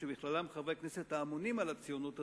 שבכללם חברי כנסת האמונים על הציונות הדתית,